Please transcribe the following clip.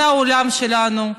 זה העולם שלנו,